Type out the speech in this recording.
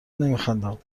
نمیخندم